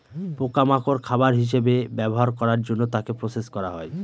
পোকা মাকড় খাবার হিসেবে ব্যবহার করার জন্য তাকে প্রসেস করা হয়